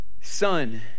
Son